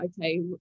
okay